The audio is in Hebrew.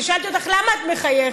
ושאלתי אותך: למה את מחייכת?